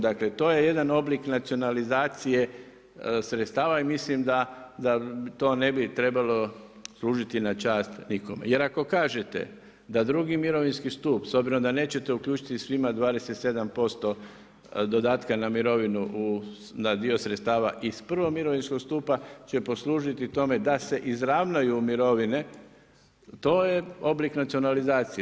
Dakle, to je jedan oblik nacionalizacije sredstava i mislim da to ne bi trebalo služiti na čast nikome jer ako kažete da drugi mirovinski stup s obzirom da nećete uključiti svima 27% dodatka na mirovinu, dio sredstava iz prvog mirovinskog stupa će poslužiti tome da se izravnaju mirovine, to je oblik nacionalizacije.